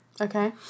Okay